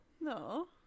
No